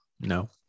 No